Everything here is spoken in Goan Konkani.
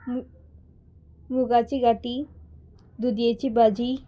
मुगाची गाठी दुदयेची भाजी